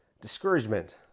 Discouragement